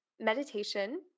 meditation